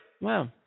Wow